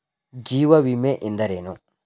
ಜೀವ ವಿಮೆ ಎಂದರೇನು?